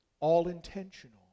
all-intentional